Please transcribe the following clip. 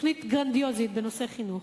תוכנית גרנדיוזית בנושא החינוך,